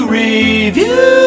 review